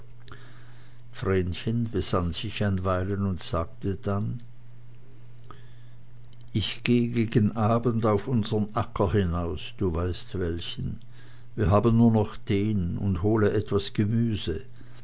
vrenchen besann sich ein weilchen und sagte dann ich geh gegen abend auf unsern acker hinaus du weißt welchen wir haben nur noch den und hole etwas gemüse